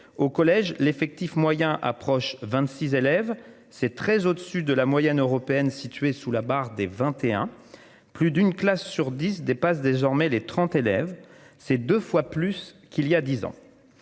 au collège l'effectif moyen approche 26 élèves c'est très au-dessus de la moyenne européenne située sous la barre des 21. Plus d'une classe sur 10 dépassent désormais les 30 élèves, c'est 2 fois plus qu'il y a 10 ans.